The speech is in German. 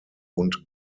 und